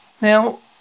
Now